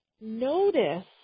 notice